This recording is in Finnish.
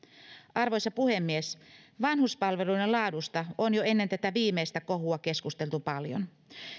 arvoisa puhemies vanhuspalveluiden laadusta on jo ennen tätä viimeistä kohua keskusteltu paljon